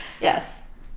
Yes